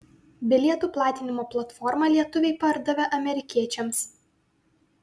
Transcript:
bilietų platinimo platformą lietuviai pardavė amerikiečiams